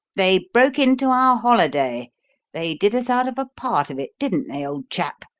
they broke into our holiday they did us out of a part of it, didn't they, old chap?